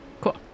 Cool